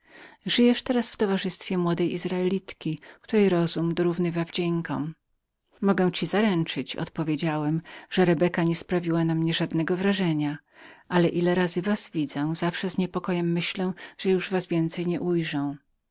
spotkania żyjesz teraz w towarzystwie młodej izraelitki której rozum wyrównywa wdziękom mogę ci zaręczyć odpowiedziałem że rebeka nie sprawiła na mnie żadnego wrażenia ale ile razy was widzę zawsze z niespokojnością myślę że już was więcej nie ujrzę